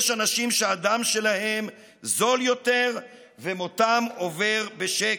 יש אנשים שהדם שלהם זול יותר ומותם עובר בשקט.